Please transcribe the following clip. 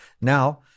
Now